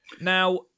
Now